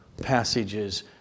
passages